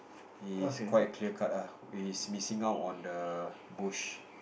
he is quite clear cut ah he is missing out on the bush